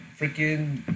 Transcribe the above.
freaking